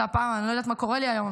אני לא יודעת מה קורה לי היום,